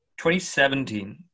2017